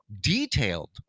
Detailed